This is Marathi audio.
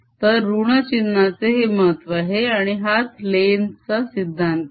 तर ऋण चिन्हाचे हे महत्व आहे आणि हाच लेन्झचा सिद्धांत आहे